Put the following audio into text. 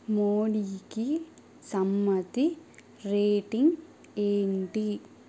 మోడీకి సమ్మతి రేటింగ్ ఏంటి